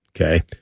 Okay